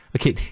okay